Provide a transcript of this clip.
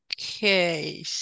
Okay